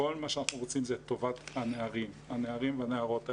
כל מה שאנחנו רוצים זה את טובת הנערים והנערות האלה,